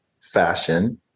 fashion